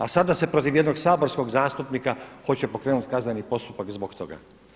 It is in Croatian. A sada se protiv jedno saborskog zastupnika hoće pokrenuti kazneni postupak zbog toga?